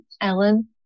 Ellen